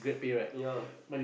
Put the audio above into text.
ya